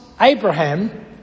Abraham